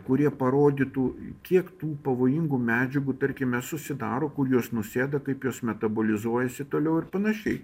kurie parodytų kiek tų pavojingų medžiagų tarkime susidaro kur jos nusėda kaip jos metabolizuojasi toliau ir panašiai